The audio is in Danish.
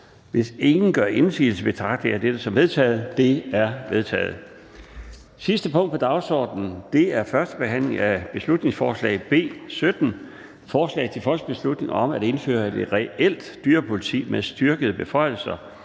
Hvis ingen gør indsigelse, betragter jeg dette som vedtaget. Det er vedtaget. --- Det sidste punkt på dagsordenen er: 29) 1. behandling af beslutningsforslag nr. B 17: Forslag til folketingsbeslutning om at indføre et reelt dyrepoliti med styrkede beføjelser.